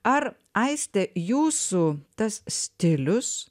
ar aiste jūsų tas stilius